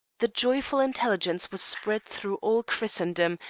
the joyful intelligence was spread through all christendom,